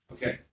Okay